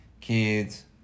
kids